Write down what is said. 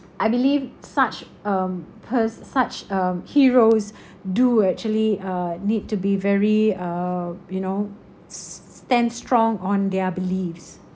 I believe such um pers~ such um heroes do actually uh need to be very uh you know stand strong on their beliefs